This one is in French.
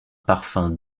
parfum